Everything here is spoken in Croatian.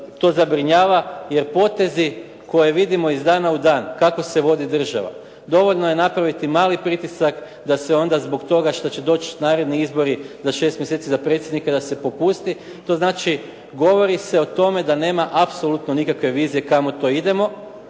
to zabrinjava jer potezi koje vidimo iz dana u dan, kako se vodi država, dovoljno je napraviti mali pritisak da se onda zbog toga što će doći naredni izbori za 6 mjeseci za predsjednika da se popusti. To znači govori se o tome da nema apsolutno nikakve vizije kamo to idemo